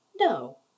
No